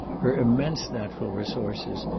her immense natural resources,